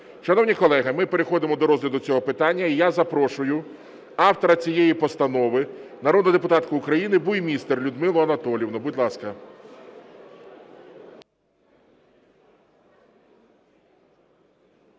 Шановні колеги, ми переходимо до розгляду цього питання, і я запрошую автора цієї постанови народну депутатку України Буймістер Людмилу Анатоліївну. Будь ласка.